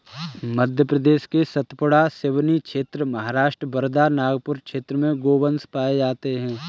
मध्य प्रदेश के सतपुड़ा, सिवनी क्षेत्र, महाराष्ट्र वर्धा, नागपुर क्षेत्र में गोवंश पाये जाते हैं